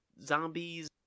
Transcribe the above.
zombies